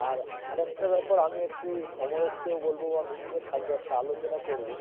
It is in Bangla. আর আরেকটা ব্যাপার আমি একটু সমরেশকেও বলবো বা মিটিংয়ে থাকবো একটা আলোচনা করবো